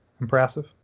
impressive